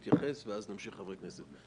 צריך לבוא ולנחם אותו,